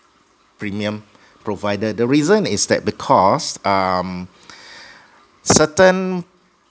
premium provider the reason is that because um certain